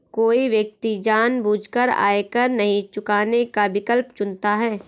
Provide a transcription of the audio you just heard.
कोई व्यक्ति जानबूझकर आयकर नहीं चुकाने का विकल्प चुनता है